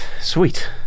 Sweet